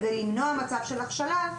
כדי למנוע מצב של הכשלה,